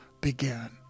began